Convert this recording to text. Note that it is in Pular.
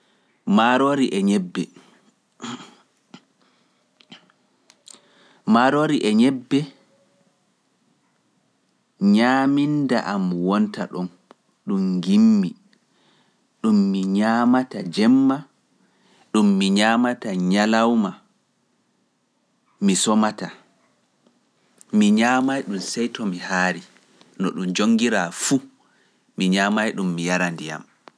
Maaroori e ñebbe ñaaminda am wonta ɗon, ɗum ngimmi, ɗum mi ñaamata jemma, ɗum mi ñaamata ñalawma, mi somata, mi ñaamaay ɗum sey to mi haari, no ɗum jonngiraa fu, mi ñaamaay ɗum mi yara ndiyam.